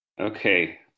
okay